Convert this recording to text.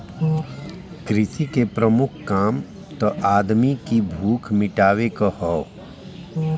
कृषि के प्रमुख काम त आदमी की भूख मिटावे क हौ